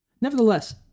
Nevertheless